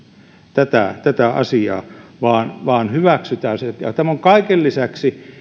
tätä tätä asiaa hyväksytään se tämä on kaiken lisäksi